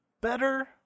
better